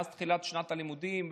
מאז תחילת שנת הלימודים,